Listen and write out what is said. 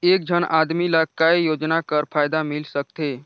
एक झन आदमी ला काय योजना कर फायदा मिल सकथे?